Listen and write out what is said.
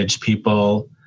people